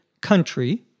country